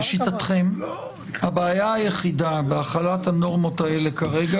לשיטתכם הבעיה היחידה בהחלת הנורמות האלה כרגע,